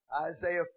Isaiah